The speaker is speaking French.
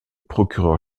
procureur